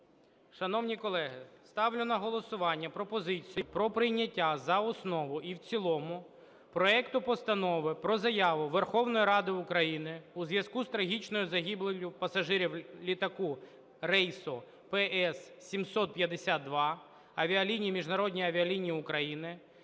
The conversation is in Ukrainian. Шановні колеги, ставлю на голосування пропозицію про прийняття за основу і в цілому проекту Постанови про заяву Верховної Ради України у зв'язку з трагічною загибеллю пасажирів літака рейсу PS 752 авіаліній Міжнародні авіалінії України…